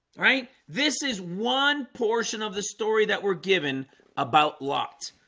right. this is one portion of the story that we're given about lot